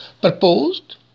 proposed